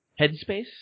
Headspace